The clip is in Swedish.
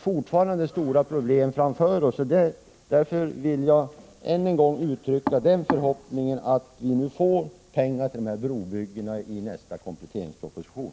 Fortfarande har vi stora problem framför oss, och det är därför som jag ännu en gång vill uttrycka en förhoppning om att vi får pengar till nämnda brobyggen i nästa kompletteringsproposition.